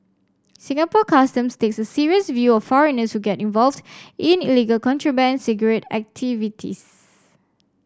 Singapore Customs takes a serious view foreigners to get involved in illegal contraband cigarette activities